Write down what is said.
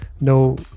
No